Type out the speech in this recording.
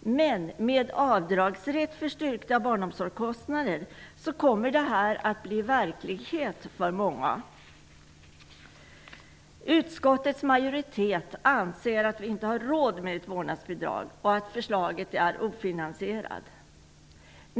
Men med avdragsrätt för styrkta barnomsorgskostnader kommer detta att bli verklighet för många. Utskottets majoritet anser att vi inte har råd med ett vårdnadsbidrag och att förslaget är ofinansierat.